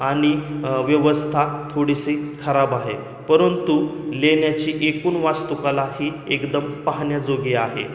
आणि व्यवस्था थोडीशी खराब आहे परंतु लेण्याची एकूण वास्तुकला ही एकदम पाहण्याजोगी आहे